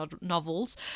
novels